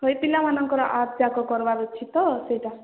ପିଲାମାନଙ୍କର କରିବାର ଅଛି ତ ସେଇଟା